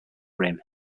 rim